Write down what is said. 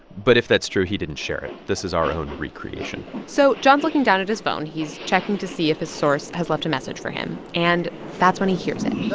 but if that's true, he didn't share it. this is our own recreation so john's looking down at his phone. he's checking to see if his source has left a message for him. and that's when he hears it